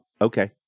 okay